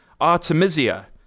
Artemisia